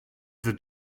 the